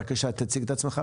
בבקשה תציג את עצמך.